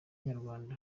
nyarwanda